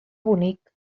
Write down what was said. bonic